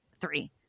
three